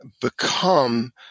become